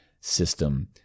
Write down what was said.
system